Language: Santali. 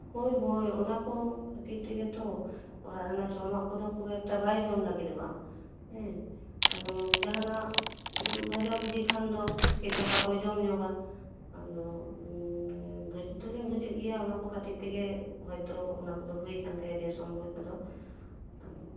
ᱦᱳᱭ ᱦᱳᱭ ᱚᱱᱟᱠᱚ ᱠᱷᱟᱹᱛᱤᱨ ᱛᱮᱜᱮ ᱛᱚ ᱚᱲᱟᱜ ᱨᱮᱱᱟᱜ ᱡᱚᱢᱟᱜ ᱠᱚᱫᱚ ᱠᱷᱩᱵᱽ ᱮᱠᱴᱟ ᱵᱟᱭ ᱡᱚᱢ ᱞᱟᱹᱜᱤᱫᱚᱜᱼᱟ ᱦᱮᱸ ᱟᱫᱚ ᱡᱟᱦᱟᱱᱟᱜ ᱵᱷᱟᱡᱟᱵᱷᱩᱡᱤ ᱠᱷᱟᱱ ᱫᱚ ᱫᱟᱠᱟ ᱠᱚᱭ ᱡᱚᱢ ᱧᱚᱜᱟ ᱟᱫᱚ ᱵᱩᱡᱽ ᱫᱚᱞᱤᱧ ᱵᱩᱡᱮᱫ ᱜᱮᱭᱟ ᱚᱱᱟᱠᱚ ᱠᱷᱟᱹᱛᱤᱨ ᱛᱮᱜᱮ ᱦᱚᱭᱛᱳ ᱦᱩᱭ ᱠᱟᱱ ᱛᱟᱭᱟ ᱜᱮᱥ ᱚᱢᱵᱚᱞ ᱠᱚᱫᱚ ᱦᱩᱸ